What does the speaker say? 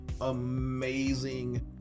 amazing